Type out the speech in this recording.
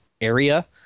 area